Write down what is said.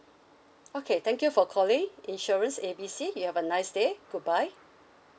okay thank you for calling insurance A B C you have a nice day goodbye